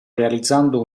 realizzando